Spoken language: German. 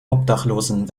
obdachlosen